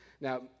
Now